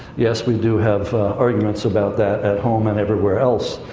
yes, we do have arguments about that at home and everywhere else.